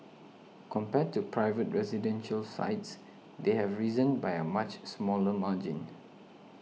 compared to private residential sites they have risen by a much smaller margin